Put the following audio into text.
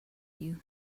you